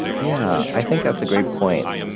yeah, i think that's a great point.